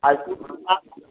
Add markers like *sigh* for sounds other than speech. आइ *unintelligible*